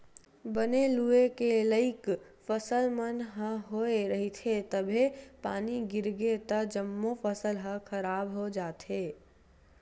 बने लूए के लइक फसल मन ह होए रहिथे तभे पानी गिरगे त जम्मो फसल ह खराब हो जाथे